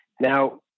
Now